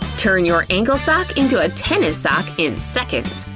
turn your ankle sock into a tennis sock in seconds!